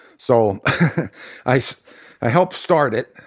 so i so i helped start it,